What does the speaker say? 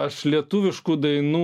aš lietuviškų dainų